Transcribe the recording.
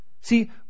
See